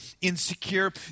insecure